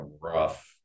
rough